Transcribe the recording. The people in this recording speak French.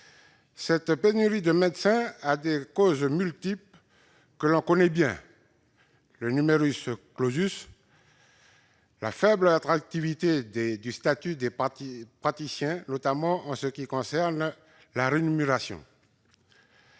Cette pénurie de médecins a des causes multiples que l'on connaît bien : le, la faible attractivité du statut des praticiens, notamment en ce qui concerne la rémunération,